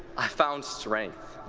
i found strength.